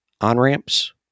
on-ramps